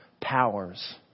powers